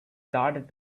started